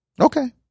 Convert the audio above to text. Okay